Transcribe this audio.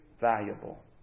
valuable